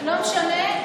לא משנה.